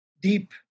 deep